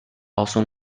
also